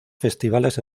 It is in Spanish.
festivales